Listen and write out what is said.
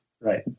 Right